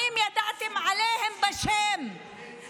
התחלתם לדבר על אלימות כאילו זה עניין של אלימות חברתית.